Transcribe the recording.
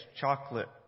chocolate